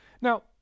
Now